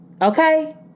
okay